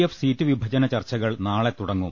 F seat വിഭജന ചർച്ചകൾ നാളെ തുടങ്ങും